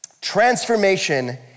transformation